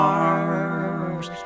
arms